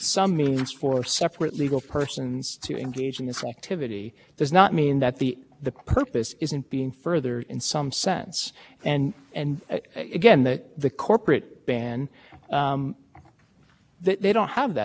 is if the problem is in the contracting process the solution is to more tightly regulate the awarding of contracts before you take the step of infringing on speech how do you respond to that argument well i think